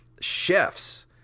chefs